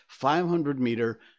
500-meter